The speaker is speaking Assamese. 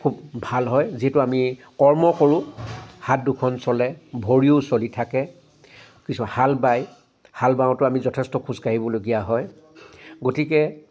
খুব ভাল হয় যিহেতু আমি কৰ্ম কৰো হাত দুখন চলে ভৰিও চলি থাকে কিছু হাল বায় হাল বাওতেও আমি যথেষ্ট খোজ কাঢ়িবলগীয়া হয় গতিকে